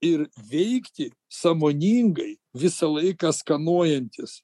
ir veikti sąmoningai visą laiką skanuojantis